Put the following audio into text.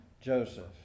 Joseph